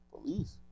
Police